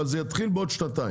אבל זה יתחיל בעוד שנתיים.